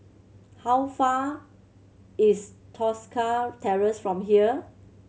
how far is Tosca Terrace from here